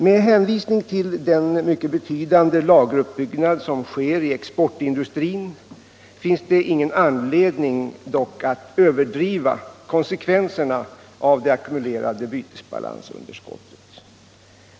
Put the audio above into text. Med hänvisning till den mycket betydande lageruppbyggnad som sker i exportindustrin finns det dock ingen anledning att överdriva konsekvenserna av det ackumulerade bytesbalansunderskottet.